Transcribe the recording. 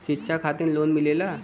शिक्षा खातिन लोन मिलेला?